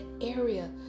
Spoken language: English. area